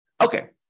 Okay